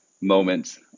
moment